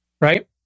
Right